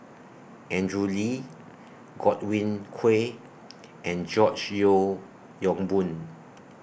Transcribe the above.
Andrew Lee Godwin Koay and George Yeo Yong Boon